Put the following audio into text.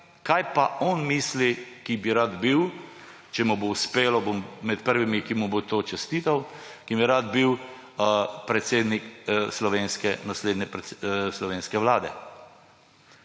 kaj on misli, ki bi rad bil, če mu bo uspelo, bom med prvimi, ki mu bom čestital, ki bi rad bil predsednik naslednje slovenske vlade.